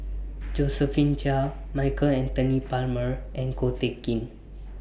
Josephine Chia Michael Anthony Palmer and Ko Teck Kin